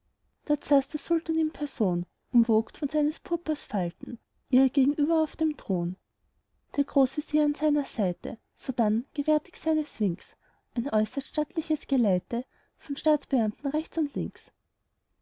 der sultan in person umwogt von seines purpurs falten ihr gegenüber auf dem thron der großvezier an seiner seite sodann gewärtig seines winks ein äußerst stattliches geleite von staatsbeamten rechts und links